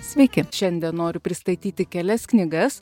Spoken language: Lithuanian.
sveiki šiandien noriu pristatyti kelias knygas